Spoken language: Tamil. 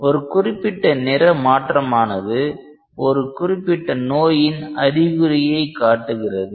ஒரு குறிப்பிட்ட நிற மாற்றமானது ஒரு குறிப்பிட்ட நோயின் அறிகுறியை காட்டுகிறது